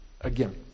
again